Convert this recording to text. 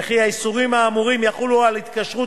וכי האיסורים האמורים יחולו על התקשרות